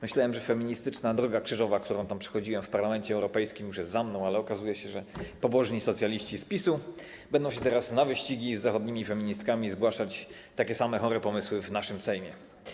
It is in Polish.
Myślałem, że feministyczna droga krzyżowa, którą przechodziłem w Parlamencie Europejskim, już jest za mną, ale okazuje się, że pobożni socjaliści z PiS-u będą teraz na wyścigi z zachodnimi feministkami zgłaszać takie same chore pomysły w naszym Sejmie.